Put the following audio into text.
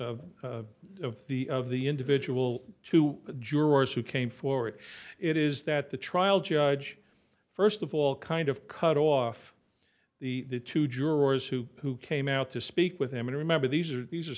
parte of the of the individual two jurors who came forward it is that the trial judge st of all kind of cut off the two jurors who who came out to speak with him and remember these are these are